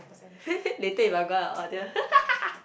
later if I go out I go and order